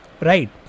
Right